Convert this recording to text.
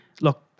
look